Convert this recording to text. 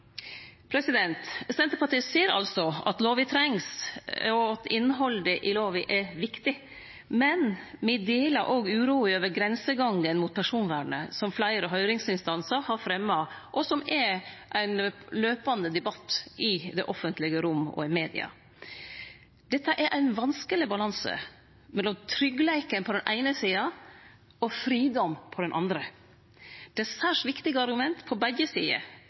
Senterpartiet ser altså at lova trengst, og at innhaldet i lova er viktig. Men me deler òg uroa over grensegangen mot personvernet, som fleire høyringsinstansar har fremja, og som er ein pågåande debatt i det offentlege rom og i media. Dette er ein vanskeleg balanse mellom tryggleik på den eine sida og fridom på den andre. Det er særs viktige argument på begge sider,